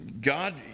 God